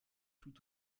tout